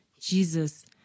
Jesus